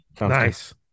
Nice